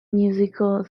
musical